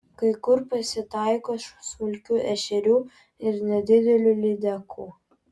kai kur pasitaiko smulkių ešerių nedidelių lydekų